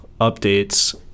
updates